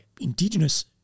indigenous